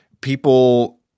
people